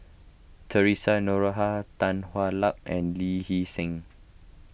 theresa Noronha Tan Hwa Luck and Lee Hee Seng